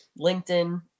LinkedIn